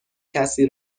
کسی